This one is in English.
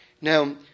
Now